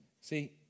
See